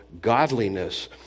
godliness